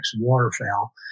waterfowl